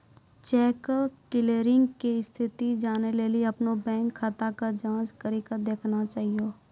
cheque clearing के स्थिति जानै लेली अपनो बैंक खाता के जांच करि के देखना चाहियो